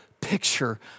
picture